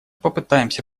попытаемся